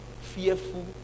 fearful